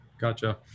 Gotcha